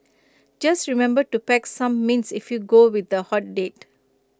just remember to pack some mints if you go with A hot date